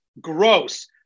Gross